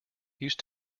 used